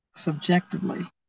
subjectively